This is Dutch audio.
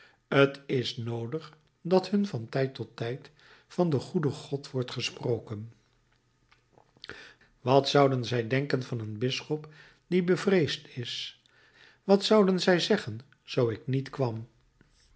t is noodig dat hun van tijd tot tijd van den goeden god wordt gesproken wat zouden zij denken van een bisschop die bevreesd is wat zouden zij zeggen zoo ik niet kwam